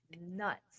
Nuts